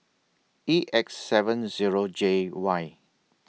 E X seven Zero J Y